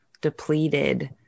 depleted